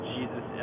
Jesus